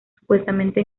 supuestamente